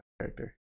character